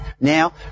Now